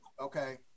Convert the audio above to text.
Okay